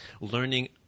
learning